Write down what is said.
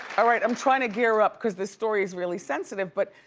all right, i'm trying to gear up cause this story is really sensitive, but.